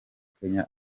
kenya